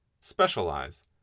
Specialize